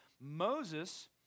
Moses